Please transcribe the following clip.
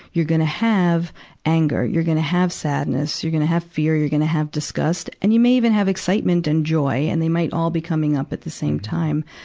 you're gonna have anger. you're gonna have sadness. you're gonna have fear. you're gonna have disgust. and you may even have excitement and joy, and they might all be coming up at the same time,